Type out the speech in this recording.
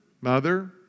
mother